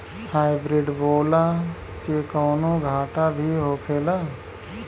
Hybrid बोला के कौनो घाटा भी होखेला?